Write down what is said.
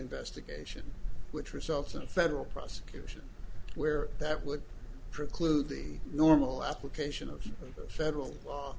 investigation which results in federal prosecution where that would preclude the normal application of federal law